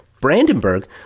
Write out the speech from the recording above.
Brandenburg